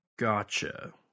Gotcha